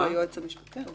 היועץ המשפטי לממשלה